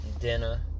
dinner